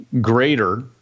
greater